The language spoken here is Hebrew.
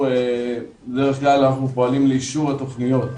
בדרך כלל אנחנו פועלים לאישור התוכניות.